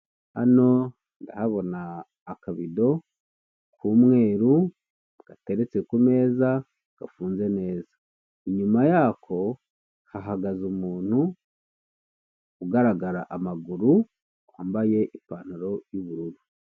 Hano ndahabona akabido k'umweru gateretse ku meza gafunze neza, inyuma yako hari umuntu ugaragara amaguru wambaye ipantaro y'ubururu.